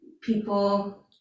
people